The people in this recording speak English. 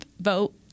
Vote